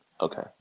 okay